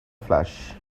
flash